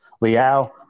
Liao